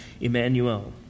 Emmanuel